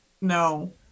No